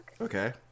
Okay